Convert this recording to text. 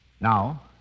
Now